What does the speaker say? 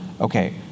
okay